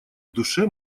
душе